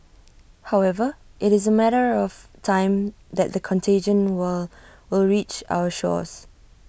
however IT is A matter of time that the contagion will will reach our shores